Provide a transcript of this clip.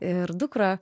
ir dukra